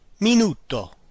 Minuto